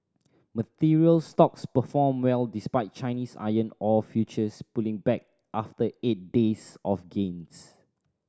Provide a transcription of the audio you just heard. materials stocks performed well despite Chinese iron ore futures pulling back after eight days of gains